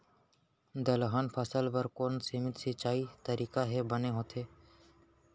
दलहन फसल बर कोन सीमित सिंचाई तरीका ह बने होथे?